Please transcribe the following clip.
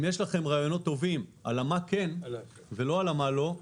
אם יש לכם רעיונות טובים על המה כן ולא על המה לא,